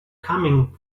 coming